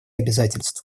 обязательств